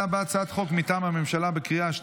שהצעת החוק חוזרת לדיון בוועדת החוקה, חוק ומשפט.